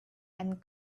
and